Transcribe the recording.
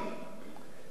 זה מהלך